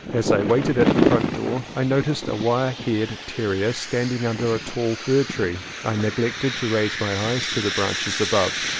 as i waited at the front door i noticed a wire-haired terrier standing under a tall fir tree i neglected to raise my eyes to the branches above,